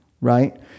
right